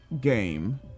game